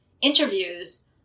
interviews